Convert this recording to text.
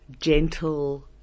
gentle